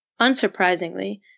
Unsurprisingly